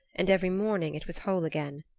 and every morning it was whole again.